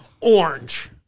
orange